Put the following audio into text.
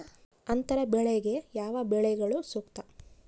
ಅಂತರ ಬೆಳೆಗೆ ಯಾವ ಬೆಳೆಗಳು ಸೂಕ್ತ?